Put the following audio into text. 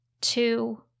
two